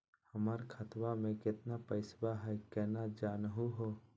हमर खतवा मे केतना पैसवा हई, केना जानहु हो?